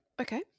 Okay